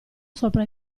sopra